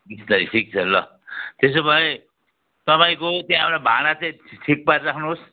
बिस तारिक ठिक छ ल त्यसोभए तपाईँको त्यहाँ एउया भाँडा चाहिँ ठिक पारिराख्नुहोस्